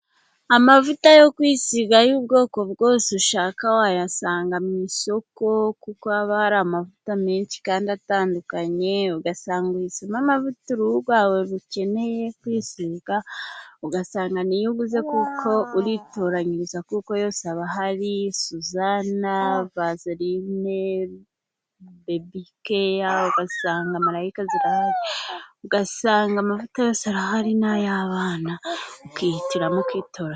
Amavuta yo kwisiga y'ubwoko bwose ushaka wayasanga mu isoko, kuko haba hari amavuta menshi kandi atandukanye. Ugasanga uruhu rwawe rukeneye kwisiga. Ugasanga ni yo uguze kuko uritoranyiriza, kuko yose aba ahari, suzana na vasarine, bebikeya, ugasanga malayika zirahari, ugasanga amavuta yose arahari n'ay'abana ukihitiramo ukitoranyiriza.